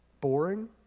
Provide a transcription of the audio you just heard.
Boring